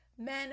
men